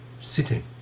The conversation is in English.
sitting